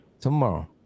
tomorrow